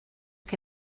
que